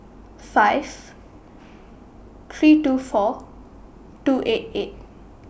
five three two four two eight eight